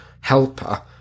helper